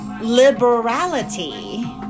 liberality